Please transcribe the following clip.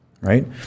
right